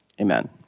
amen